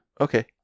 Okay